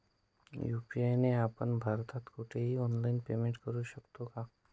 UPI ने आपण भारतात कुठेही ऑनलाईन पेमेंट करु शकतो का?